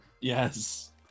Yes